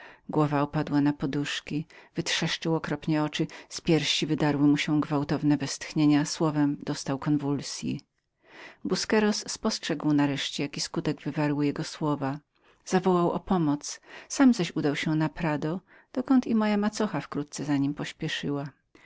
głowa opadła mu na poduszki wytrzeszczył okropnie oczy z piersi wydzierały mu się gwałtowne westchnienia słowem dostał konwulsyi busqueros spostrzegł nareszcie jaki skutek wzięła jego mowa zawołał na pomoc sam udał się do prado gdzie moja macocha wkrótce za nim pospieszyła